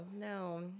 no